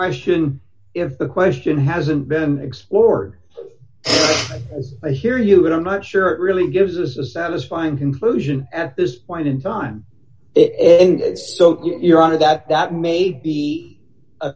i shouldn't if the question hasn't been explored as i hear you and i'm not sure really gives a satisfying conclusion at this point in time it and so you're on to that that may be a